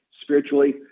spiritually